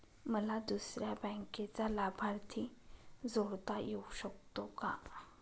मला दुसऱ्या बँकेचा लाभार्थी जोडता येऊ शकतो का?